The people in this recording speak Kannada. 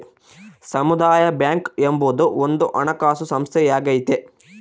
ಸಮುದಾಯ ಬ್ಯಾಂಕ್ ಎಂಬುದು ಒಂದು ಹಣಕಾಸು ಸಂಸ್ಥೆಯಾಗೈತೆ